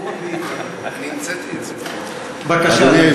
בבקשה, אדוני.